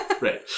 Right